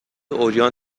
عریان